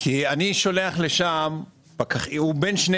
הוא נמצא בין שני